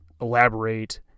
elaborate